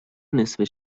نصفه